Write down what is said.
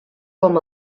com